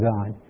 God